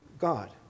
God